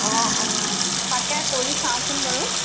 অঁ অঁ তাকে কৰি চাওঁচোন বাৰু